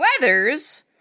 Weathers